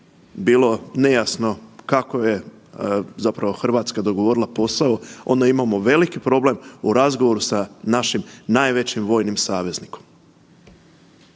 bilo nejasno kako je zapravo Hrvatska dogovorila posao ona imamo veliki problem u razgovoru sa našim najvećim vojnim saveznikom.